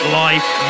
life